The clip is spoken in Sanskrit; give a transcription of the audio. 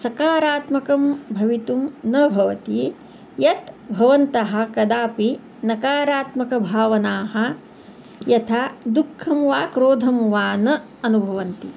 सकारात्मकं भवितुं न भवति यत् भवन्तः कदापि नकारात्मक भावनाः यथा दुःखं वा क्रोधं वा न अनुभवन्ति